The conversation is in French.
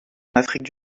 afrique